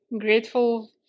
grateful